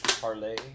parlay